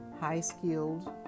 high-skilled